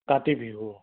Kati Bihu